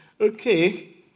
Okay